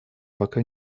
пока